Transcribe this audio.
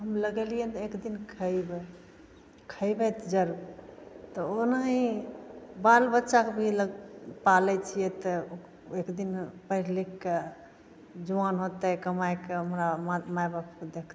हम लगैलियै तऽ एकदिन खैबै खैबै तऽ जरूर तऽ ओनाही बालबच्चाके भी लोग पालै छियै तऽ एकदिन पढ़ि लिखके जुआन होयतै कमाइके हमरा माइबापके देखतै